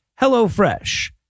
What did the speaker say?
HelloFresh